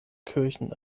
kirchen